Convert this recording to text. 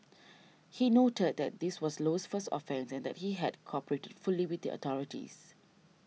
he noted that this was Low's first offence and that he had cooperated fully with the authorities